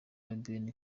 ben